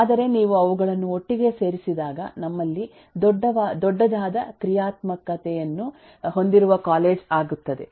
ಆದರೆ ನೀವು ಅವುಗಳನ್ನು ಒಟ್ಟಿಗೆ ಸೇರಿಸಿದಾಗ ನಮ್ಮಲ್ಲಿ ದೊಡ್ಡದಾದ ಕ್ರಿಯಾತ್ಮಕತೆಯನ್ನು ಹೊಂದಿರುವ ಕಾಲೇಜು ಆಗುತ್ತದೆ